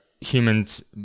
humans